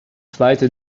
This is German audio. zweite